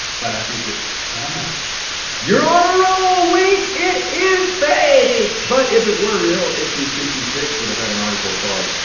but i think it i dunno. you're on a roll, link! it is fake! fake! but if it were real, issue sixty six would have had an article called,